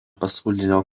pasaulinio